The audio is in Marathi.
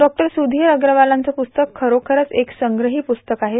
डॉ सुधीर अग्रवालांचं पुस्तक खरोखरंच एक संग्रही पुस्तक आहे